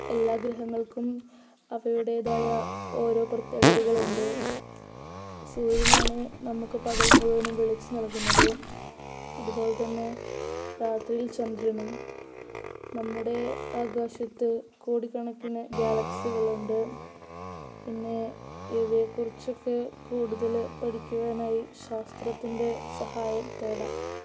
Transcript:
എല്ലാ ഗ്രഹങ്ങൾക്കും അവയുടേതായ ഓരോ പ്രത്യേകതകളുണ്ട് സൂര്യനാണ് നമുക്ക് പകൽ മുഴുവനും വെളിച്ചം നൽകുന്നത് അതു പോലെ തന്നെ രാത്രിയിൽ ചന്ദ്രനും നമ്മുടെ ആകാശത്ത് കോടിക്കണക്കിന് ഗ്യാലക്സികളുണ്ട് പിന്നെ ഇവയെക്കുറിച്ചൊക്കെ കൂടുതൽ പഠിക്കുവാനായി ശാസ്ത്രത്തിൻ്റെ സഹായം തേടാം